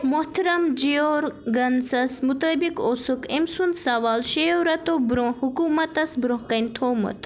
محترَم جیورگنسَس مُطٲبِق اوسُکھ أمۍ سُنٛد سوال شیٚیَو رٮ۪تَو برٛونٛہہ حکوٗمتَس برٛونٛہہ کَنۍ تھوٚومُت